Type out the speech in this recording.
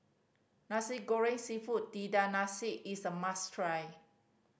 Nasi Goreng Seafood Tiga Rasa is a must try